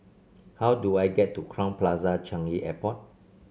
how do I get to Crowne Plaza Changi Airport